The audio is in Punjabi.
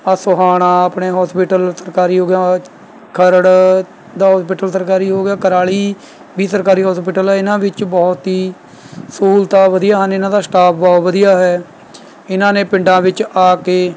ਆਹ ਸੋਹਾਣਾ ਆਪਣੇ ਹੋਸਪਿਟਲ ਸਰਕਾਰੀ ਹੋ ਗਿਆ ਖਰੜ ਦਾ ਹੋਸਪਿਟਲ ਸਰਕਾਰੀ ਹੋ ਗਿਆ ਕੁਰਾਲੀ ਵੀ ਸਰਕਾਰੀ ਹੋਸਪਿਟਲ ਹੈ ਇਨ੍ਹਾਂ ਵਿੱਚ ਬਹੁਤ ਹੀ ਸਹੂਲਤਾਂ ਵਧੀਆ ਹਨ ਇਨ੍ਹਾਂ ਦਾ ਸਟਾਫ ਬਹੁਤ ਵਧੀਆ ਹੈ ਇਨ੍ਹਾਂ ਨੇ ਪਿੰਡਾਂ ਵਿੱਚ ਆ ਕੇ